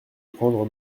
prendre